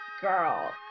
girl